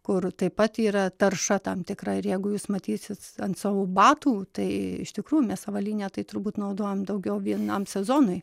kur taip pat yra tarša tam tikra ir jeigu jūs matysit ant savo batų tai iš tikrųjų mes avalynę tai turbūt naudojam daugiau vienam sezonui